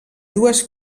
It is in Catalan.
dues